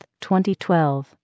2012